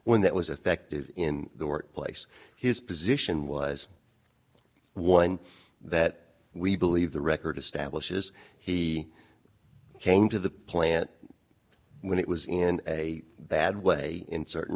when that was effective in the workplace his position was one that we believe the record establishes he came to the plant when it was in a bad way in certain